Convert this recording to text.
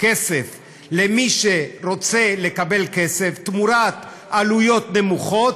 כסף למי שרוצה לקבל כסף תמורת עלויות נמוכות,